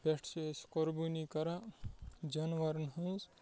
پٮ۪ٹھ چھِ أسۍ قۄربٲنی کَران جاناوارن ہٕنٛز